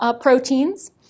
proteins